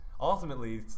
Ultimately